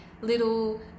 little